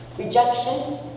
Rejection